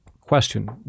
question